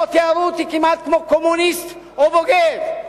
פה תיארו אותי כמעט כמו קומוניסט או בוגד.